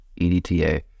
EDTA